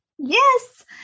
Yes